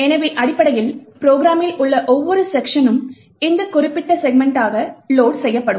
எனவே அடிப்படையில் ப்ரோக்ராமில் உள்ள ஒவ்வொரு செக்க்ஷனும் ஒரு குறிப்பிட்ட செக்மென்ட்டாக லோட் செய்யப்படும்